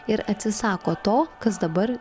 ir atsisako to kas dabar